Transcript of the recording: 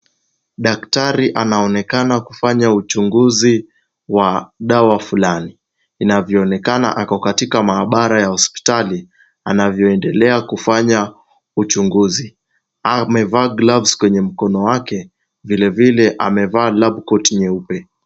Daktari anaonekana kufanya uchunguzi wa dawa fulani. Inavyoonekana ako katika maabara ya hospitali, anavyoendelea kufanya uchunguzi. Amevaa gloves kwenye mkono wake, vile vile amevaa lab coat nyeupe.